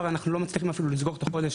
אנחנו לא מצליחים אפילו לסגור את החודש,